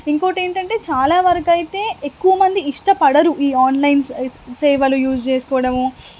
ఇంకోటేంటంటే చాలావరకైతే ఎక్కువ మంది ఇష్టపడరు ఈ ఆన్లైన్ సేవలు యూస్ చేసుకోవడము